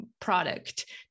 product